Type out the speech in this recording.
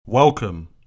Welcome